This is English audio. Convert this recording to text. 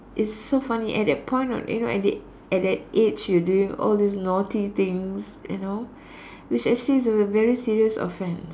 is so funny at that point of you know at the at that age you doing all these naughty things you know which actually is a very serious offence